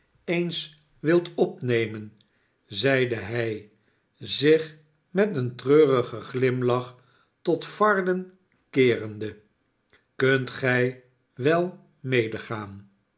eens wilt opnemen zeide hij zich met een treurigen glimlach tot varden keerende kunt gij wel